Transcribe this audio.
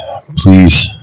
please